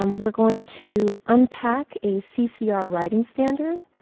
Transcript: um we're going to unpack a ccr writing standard.